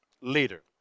leader